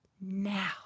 now